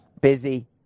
busy